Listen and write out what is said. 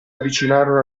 avvicinarono